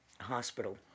Hospital